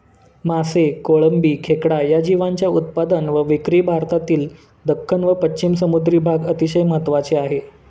मासे, कोळंबी, खेकडा या जीवांच्या उत्पादन व विक्री भारतातील दख्खन व पश्चिम समुद्री भाग अतिशय महत्त्वाचे आहे